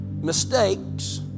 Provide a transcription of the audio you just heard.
mistakes